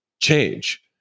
change